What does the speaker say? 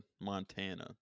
Montana